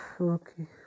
Okay